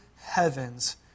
heavens